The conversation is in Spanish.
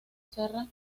serra